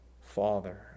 Father